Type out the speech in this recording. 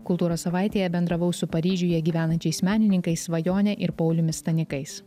kultūros savaitėje bendravau su paryžiuje gyvenančiais menininkais svajone ir pauliumi stanikais